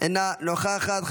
אינה נוכחת,